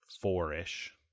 four-ish